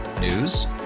News